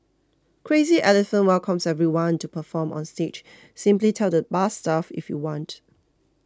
Crazy Elephant welcomes everyone to perform on stage simply tell the bar staff if you want